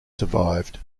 survived